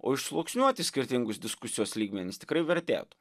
o išsluoksniuoti skirtingus diskusijos lygmenis tikrai vertėtų